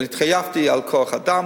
והתחייבתי לשמור על כוח-אדם,